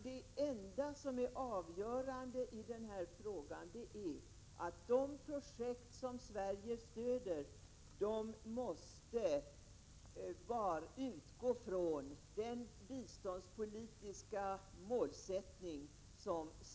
Det enda som är avgörande i denna fråga är att de projekt som Sverige stöder måste utgå från Sveriges biståndspolitiska målsättning.